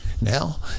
Now